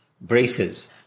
braces